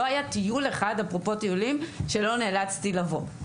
לא היה טיול אחד אפרופו טיולים שלא נאלצתי לבוא,